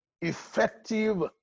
effective